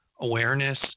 awareness